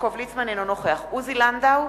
עוזי לנדאו,